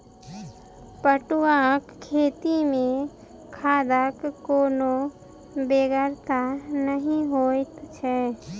पटुआक खेती मे खादक कोनो बेगरता नहि जोइत छै